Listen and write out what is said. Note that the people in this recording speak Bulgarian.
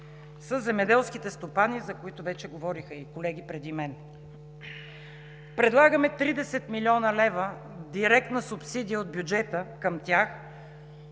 са земеделските стопани, за които вече говориха и колеги преди мен. Предлагаме 30 млн. лв. директна субсидия от бюджета към тях,